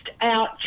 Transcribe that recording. out